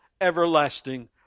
everlasting